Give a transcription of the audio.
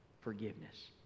forgiveness